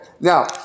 Now